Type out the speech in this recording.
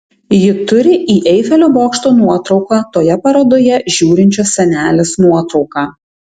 ji turi į eifelio bokšto nuotrauką toje parodoje žiūrinčios senelės nuotrauką